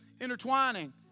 intertwining